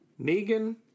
Negan